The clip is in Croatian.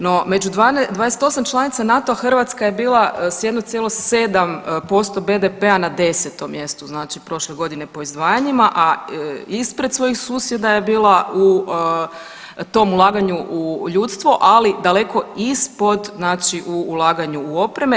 No, među 28 članica NATO-a Hrvatska je bila s 1,7% BDP-a na 10. mjestu prošle godine po izdvajanjima, a ispred svojih susjeda je bila u tom ulaganju u ljudstvo, ali daleko ispod u ulaganju u opreme.